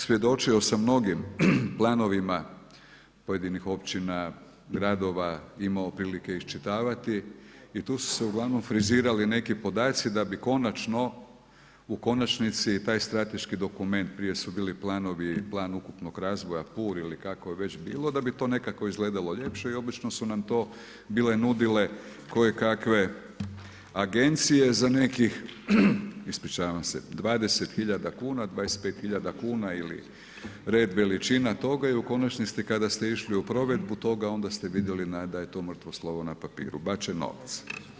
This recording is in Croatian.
Svjedočio sam mnogim planovima pojedinih općina, gradova, imao prilike iščitavati i u su se uglavnom frizirali neki podaci da bi konačno u konačnici taj strateški dokument, prije su bili planovi, plan ukupnog razvoja PUR ili kako je već bilo da bi to nekako izgledalo ljepše i obično su nam to bile nudile kojekakve agencije za nekih 20 hiljada kuna, 25 hiljada kuna ili red veličina toga i u konačnici kada ste išli u provedbu toga onda ste vidjeli da je to mrtvo slovo na papiru, bačen novac.